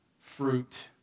fruit